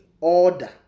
order